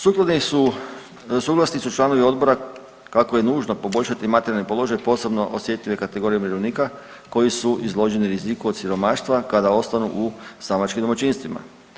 Suglasni su članovi odbora kako je nužno poboljšati materijalni položaj posebno osjetljive kategorije umirovljenika koji su izloženi riziku od siromaštva kada ostanu u samačkim domaćinstvima.